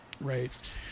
right